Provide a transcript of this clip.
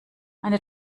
eine